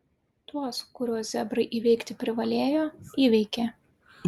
tuos kuriuos zebrai įveikti privalėjo įveikė